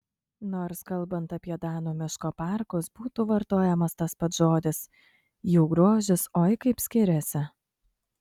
nors kalbant apie danų miško parkus būtų vartojamas tas pats žodis jų grožis oi kaip skiriasi